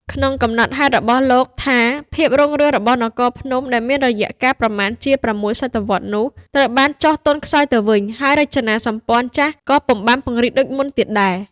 ក្នុងកំណត់ហេតុរបស់លោកថា ភាពរុងរឿងរបស់នគរភ្នំ ដែលមានរយៈ កាលប្រមាណជា ៦ សតវត្សរ៍នោះត្រូវបានចុះ ទន់ខ្សោយទៅវិញ ហើយរចនាសម្ព័ន្ធចាស់ក៏ពុំបានពង្រីកដូចមុនទៀតដែរ។